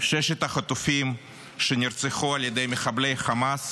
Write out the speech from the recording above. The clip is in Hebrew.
ששת החטופים שנרצחו על ידי מחבלי חמאס